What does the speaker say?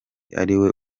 ariwe